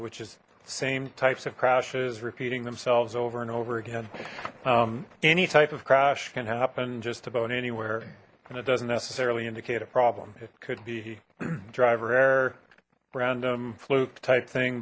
which is same types of crashes repeating themselves over and over again any type of crash can happen just about anywhere and it doesn't necessarily indicate a problem it could be driver error random fluke type thing